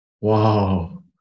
Wow